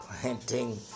planting